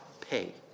pay